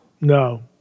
No